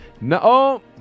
No